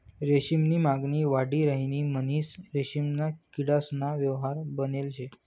रेशीम नी मागणी वाढी राहिनी म्हणीसन रेशीमना किडासना व्यवसाय बनेल शे